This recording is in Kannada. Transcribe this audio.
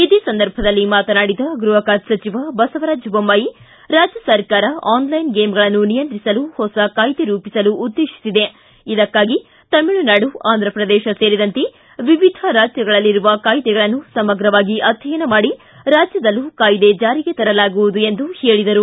ಇದೇ ಸಂದರ್ಭದಲ್ಲಿ ಮಾತನಾಡಿದ ಗೃಹ ಖಾತೆ ಸಚಿವ ಬಸವರಾಜ ಬೊಮ್ಮಾಯಿ ರಾಜ್ಯ ಸರ್ಕಾರ ಆನ್ಲೈನ್ ಗೇಮ್ಗಳನ್ನು ನಿಯಂತ್ರಿಸಲು ಹೊಸ ಕಾಯ್ದೆ ರೂಪಿಸಲು ಉದ್ದೇಶಿಸಿದೆ ಇದಕ್ಕಾಗಿ ತಮಿಳುನಾಡು ಅಂಧ್ರಪ್ರದೇಶ ಸೇರಿದಂತೆ ವಿವಿಧ ರಾಜ್ಯಗಳಲ್ಲಿರುವ ಕಾಯ್ದೆಗಳನ್ನು ಸಮಗ್ರವಾಗಿ ಅದ್ಯಯನ ಮಾಡಿ ರಾಜ್ಯದಲ್ಲೂ ಕಾಯ್ದೆ ಜಾರಿಗೆ ತರಲಾಗುವುದು ಎಂದರು